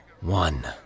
One